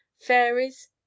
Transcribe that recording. fairies